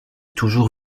toujours